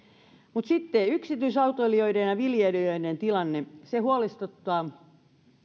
sitten yksityisautoilijoiden ja viljelijöiden tilanne huolestuttaa